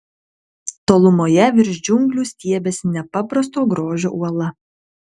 tolumoje virš džiunglių stiebėsi nepaprasto grožio uola